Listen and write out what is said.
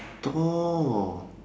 thor